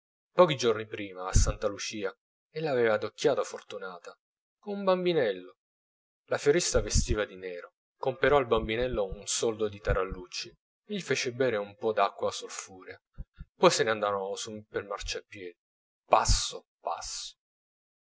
pochi giorni prima a santa lucia ella aveva adocchiata fortunata con un bambinello la fiorista vestiva di nero comperò al bambinello un soldo di tarallucci e gli fece bere un po d'acqua solfurea poi se ne andarono su pel marciapiedi passo passo